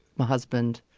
my husband.